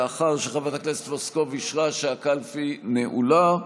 לאחר שחברת הכנסת פלוסקוב אישרה שהקלפי נעולה,